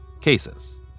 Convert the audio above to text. cases